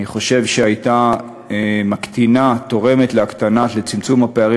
אני חושב שהייתה תורמת לצמצום הפערים